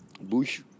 Bush